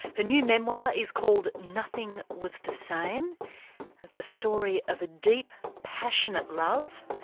her new memoir is called nothing was the same it's a story of a deep, passionate love,